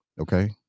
Okay